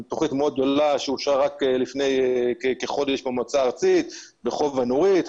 תכנית מאוד גדולה שאושרה רק לפני כחודש במועצה הארצית ברחוב הנורית,